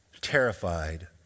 terrified